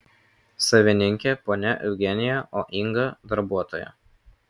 savininkė ponia eugenija o inga darbuotoja